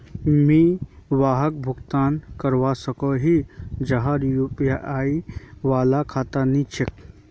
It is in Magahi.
मुई वहाक भुगतान करवा सकोहो ही जहार यु.पी.आई वाला खाता नी छे?